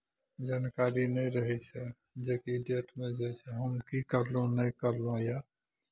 जानकारी नहि रहै छै जे की डेटमे जे छै हम की करलहुँ नहि करलहुँ यए